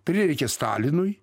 prireikė stalinui